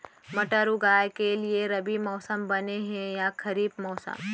मटर उगाए के लिए रबि मौसम बने हे या खरीफ मौसम?